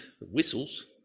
whistles